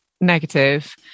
negative